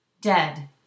dead